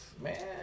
Man